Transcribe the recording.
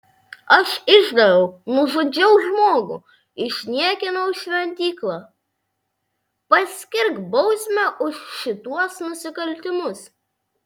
aš išdaviau nužudžiau žmogų išniekinau šventyklą paskirk bausmę už šituos nusikaltimus